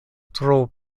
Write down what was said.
tro